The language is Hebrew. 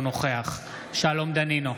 נוכח שלום דנינו,